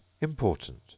important